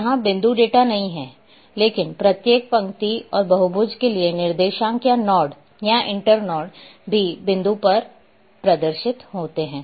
यहां बिंदु डेटा नहीं है लेकिन प्रत्येक पंक्ति और बहुभुज के लिए निर्देशांक या नोड या इंटर्नोड भी बिंदु पर प्रदर्शित होते हैं